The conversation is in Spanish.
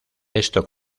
esto